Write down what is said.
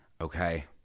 Okay